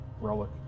relic